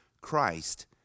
Christ